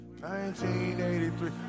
1983